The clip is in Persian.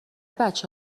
بچه